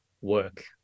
work